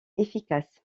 efficace